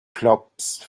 clubs